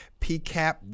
PCAP